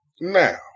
now